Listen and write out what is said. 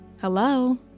hello